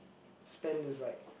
spent is like